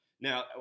Now